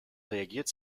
reagiert